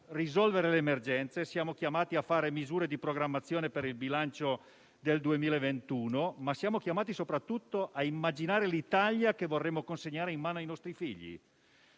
risolvere le emergenze e a fare misure di programmazione per il bilancio del 2021, ma siamo chiamati soprattutto a immaginare l'Italia che vorremmo consegnare ai nostri figli.